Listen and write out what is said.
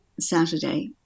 Saturday